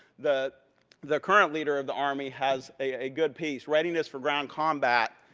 the the current leader of the army has a good piece, readiness for ground combat,